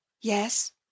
Yes